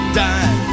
die